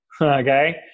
Okay